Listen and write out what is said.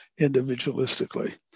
individualistically